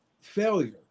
failure